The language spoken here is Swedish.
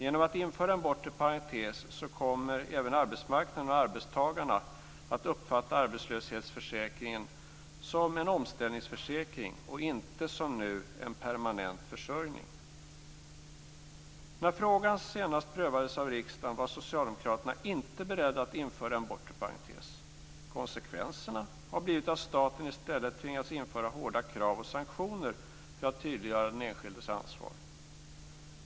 Genom att införa en bortre parentes kommer även arbetsmarknaden och arbetstagarna att uppfatta arbetslöshetsförsäkringen som en omställningsförsäkring och inte som nu som en permanent försörjning. När frågan senast prövades av riksdagen var socialdemokraterna inte beredda att införa en bortre parentes. Konsekvensen har blivit att staten i stället tvingats införa hårda krav och sanktioner för att tydliggöra den enskildes ansvar.